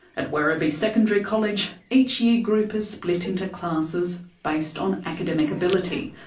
at werribee secondary college, each year-group is split into classes based on academic ability,